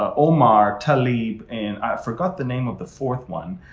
ah omar, talib, and i forgot the name of the fourth one.